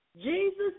Jesus